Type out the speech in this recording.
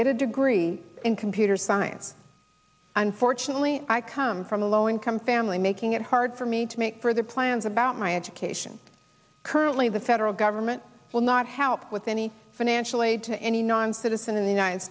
get a degree in computer science unfortunately i come from a low income family making it hard for me to make for the plans about my education currently the federal government will not help with any financial aid to any non citizen in the united